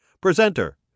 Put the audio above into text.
Presenter